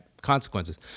consequences